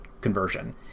conversion